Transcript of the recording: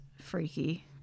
freaky